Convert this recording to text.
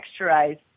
texturized